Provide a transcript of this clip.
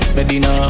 Medina